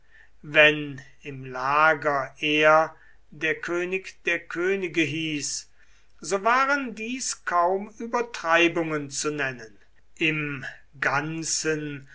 wenn im lager er der könig der könige hieß so waren dies kaum übertreibungen zu nennen im ganzen